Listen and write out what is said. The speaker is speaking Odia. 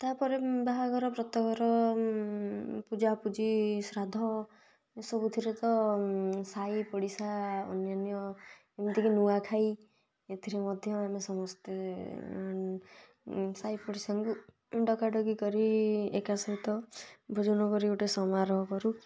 ତା'ପରେ ବାହାଘର ବ୍ରତଘର ପୂଜାପୂଜି ଶ୍ରାଦ୍ଧ ଏ ସବୁଥିରେ ତ ସାହି ପଡ଼ିଶା ଅନ୍ୟାନ୍ୟ ଏମିତିକି ନୂଆଖାଇ ଏଥିରେ ମଧ୍ୟ ଆମେ ସମସ୍ତେ ସାହି ପଡ଼ିଶାଙ୍କୁ ଡକା ଡକି କରି ଏକା ସହିତ ଭୋଜନ କରି ଗୋଟେ ସମାରୋହ କରୁ